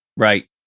Right